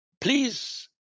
please